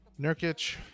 Nurkic